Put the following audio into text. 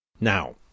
Now